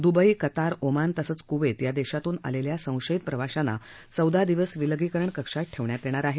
Dubai Qatar Oman तसंच Kuwait या देशातून आलेल्या संशयित प्रवाशांना चौदा दिवस विलगीकरण कक्षात ठेवण्यात येणार आहे